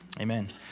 Amen